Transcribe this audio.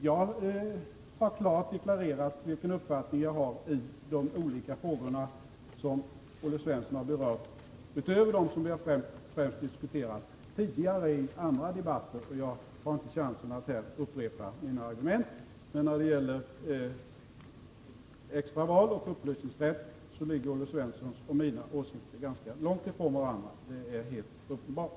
Jag har klart deklarerat vilken uppfattning jag har i de olika frågor som Olle Svensson berört utöver dem som jag själv främst diskuterat i andra debatter. Jag har inte här chansen att upprepa mina argument. Men när det gäller extraval och upplösningsrätt ligger Olle Svenssons och mina åsikter ganska långt ifrån varandra. Det är helt uppenbart.